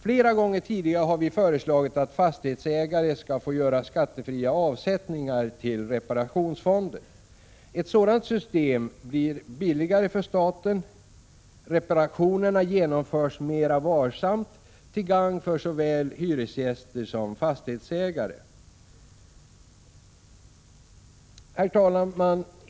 Flera gånger tidigare har vi föreslagit att fastighetsägare skall få göra skattefria avsättningar till reparationsfonder. Ett sådant system blir billigare för staten. Reparationerna genomförs mera varsamt, till gagn för såväl hyresgäster som fastighetsägare. Herr talman!